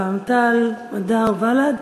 רע"ם-תע"ל-מד"ע ובל"ד.